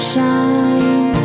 Shine